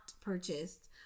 purchased